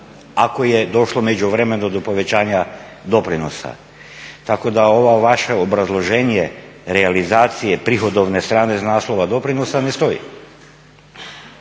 ako je došlo u međuvremenu do povećanja doprinosa, tako da ovo vaše obrazloženje realizacije prihodovne strane iz naslova doprinosa ne stoji.